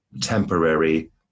temporary